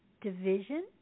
division